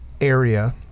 area